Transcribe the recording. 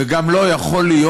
וגם לו יכול להיות,